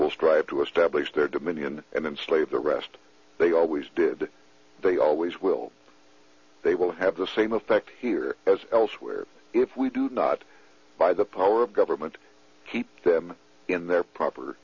will strive to establish their dominion and slave the rest they always do they always will they will have the same effect here as elsewhere if we do not by the power of government keep them in their proper